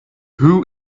who